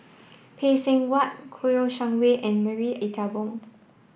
Phay Seng Whatt Kouo Shang Wei and Marie Ethel Bong